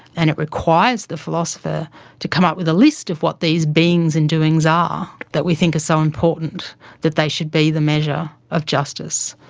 and it requires the philosopher to come up with a list of what these beings and doings are, that we think are so important that they should be the measure of justice.